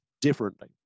differently